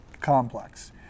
complex